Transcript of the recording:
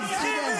הקבוצה הזו.